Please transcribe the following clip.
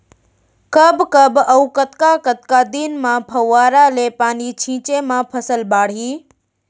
कब कब अऊ कतका कतका दिन म फव्वारा ले पानी छिंचे म फसल बाड़ही?